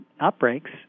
outbreaks